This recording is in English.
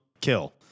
kill